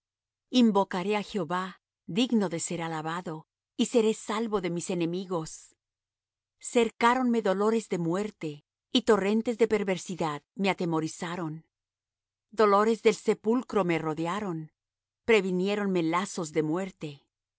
á jehová digno de ser alabado y seré salvo de mis enemigos cercáronme dolores de muerte y torrentes de perversidad me atemorizaron dolores del sepulcro me rodearon previniéronme lazos de muerte